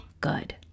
good